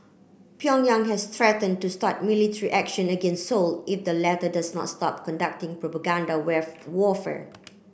Pyongyang has threaten to start military action against Seoul if the latter does not stop conducting propaganda warfare